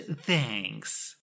Thanks